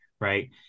Right